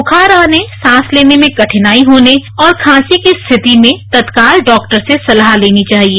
ब्रुखार आने सांस लेने में कठिनाई होने और खांसी की स्थिति में तत्काल डॉक्टर से सलाह लेनी चाहिए